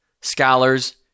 scholars